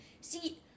see